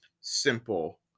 Simple